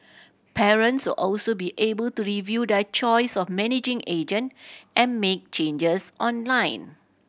parents will also be able to review their choice of managing agent and make changes online